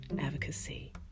advocacy